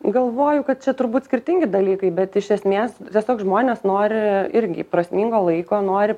galvoju kad čia turbūt skirtingi dalykai bet iš esmės tiesiog žmonės nori irgi prasmingo laiko nori